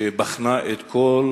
שבחנה את כל